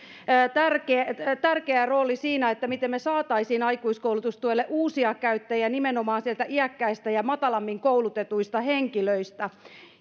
tärkeä rooli siinä miten me saisimme aikuiskoulutustuelle uusia käyttäjiä nimenomaan iäkkäistä ja matalammin koulutetuista henkilöistä